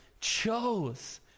chose